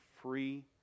free